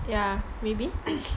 ya maybe